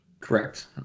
Correct